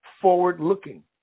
forward-looking